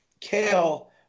kale